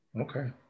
okay